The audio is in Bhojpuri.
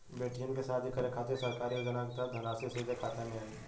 बेटियन के शादी करे के खातिर सरकारी योजना के तहत धनराशि सीधे खाता मे आई?